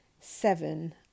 seven